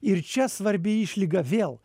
ir čia svarbi išlyga vėl